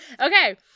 Okay